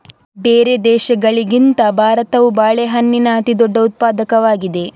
ಬೇರೆ ದೇಶಗಳಿಗಿಂತ ಭಾರತವು ಬಾಳೆಹಣ್ಣಿನ ಅತಿದೊಡ್ಡ ಉತ್ಪಾದಕವಾಗಿದೆ